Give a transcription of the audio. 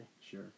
Sure